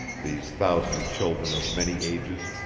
these thousand children of many ages,